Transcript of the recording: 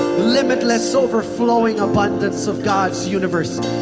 limitless, overflowing abundance of god's universe.